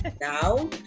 now